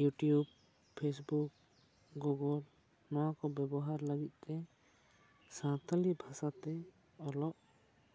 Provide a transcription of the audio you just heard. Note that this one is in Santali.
ᱭᱩᱴᱩᱵ ᱯᱷᱮᱥᱵᱩᱠ ᱜᱩᱜᱚᱞ ᱱᱚᱣᱟ ᱠᱚ ᱵᱮᱵᱚᱦᱟᱨ ᱞᱟᱹᱜᱤᱫ ᱛᱮ ᱥᱟᱱᱛᱟᱲᱤ ᱵᱷᱟᱥᱟ ᱛᱮ ᱚᱞᱚᱜ